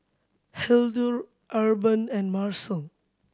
Hildur Urban and Marcel